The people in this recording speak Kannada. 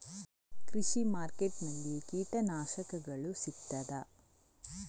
ಕೃಷಿಮಾರ್ಕೆಟ್ ನಲ್ಲಿ ಕೀಟನಾಶಕಗಳು ಸಿಗ್ತದಾ?